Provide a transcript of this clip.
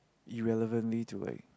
irrelevantly to like